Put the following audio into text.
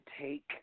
take